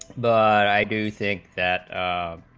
but i do think that um